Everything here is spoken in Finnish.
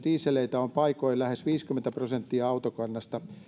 dieseleitä on paikoin lähes viisikymmentä prosenttia autokannasta